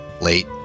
late